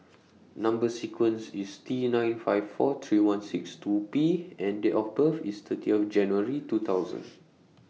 Number sequence IS T nine five four three one six two P and Date of birth IS thirty of January two thousand